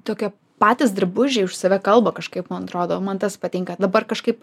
tokie patys drabužiai už save kalba kažkaip man atrodo man tas patinka dabar kažkaip